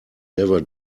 never